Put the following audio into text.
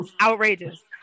Outrageous